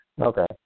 Okay